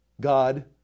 God